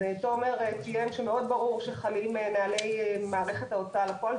תומר ציין שמאוד ברור שחלים נהלי מערכת ההוצאה לפועל.